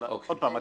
אבל עוד פעם,